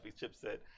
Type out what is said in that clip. chipset